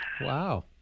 Wow